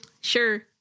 sure